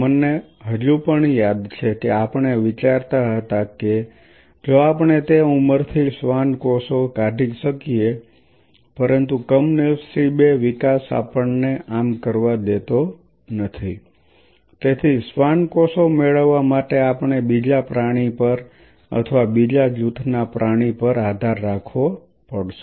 જેમ મને હજુ પણ યાદ છે કે આપણે વિચારતા હતા કે જો આપણે તે ઉંમરથી શ્વાન કોષો કાઢી શકીએ પરંતુ કમનસીબે વિકાસ આપણને આમ કરવા દેતો નથી તેથી શ્વાન કોષો મેળવવા માટે આપણે બીજા પ્રાણી પર અથવા બીજા જૂથના પ્રાણી પર આધાર રાખવો પડશે